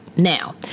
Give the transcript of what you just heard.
Now